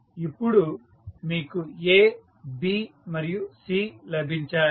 ఇప్పుడు మీకు A B మరియు C లభించాయి